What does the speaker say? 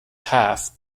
half